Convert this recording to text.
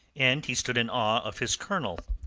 and he stood in awe of his colonel.